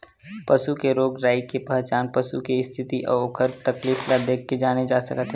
पसू के रोग राई के पहचान पसू के इस्थिति अउ ओखर तकलीफ ल देखके जाने जा सकत हे